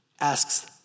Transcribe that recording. asks